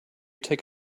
take